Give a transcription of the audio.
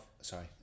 sorry